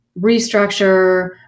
restructure